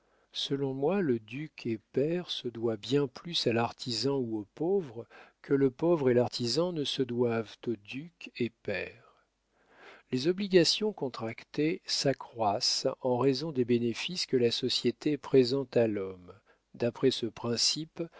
selon moi le duc et pair se doit bien plus à l'artisan ou au pauvre que le pauvre et l'artisan ne se doivent au duc et pair les obligations contractées s'accroissent en raison des bénéfices que la société présente à l'homme d'après ce principe